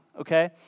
okay